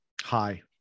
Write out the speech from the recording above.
hi